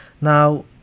now